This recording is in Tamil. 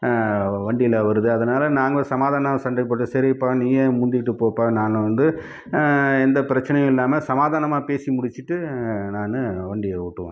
வண்டியில் வருது அதனால் நாங்கள் சமாதான சண்டை போட்டு சரிப்பா நீயே முந்திட்டு போப்பா நாங்கள் வந்து எந்த பிரச்சினையும் இல்லாமல் சமாதானமாக பேசி முடிச்சுட்டு நானு வண்டியை ஓட்டுவேன்